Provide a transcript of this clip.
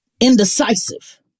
indecisive